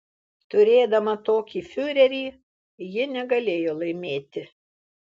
turėdama tokį fiurerį ji negalėjo laimėti